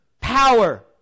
power